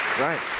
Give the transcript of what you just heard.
Right